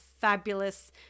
fabulous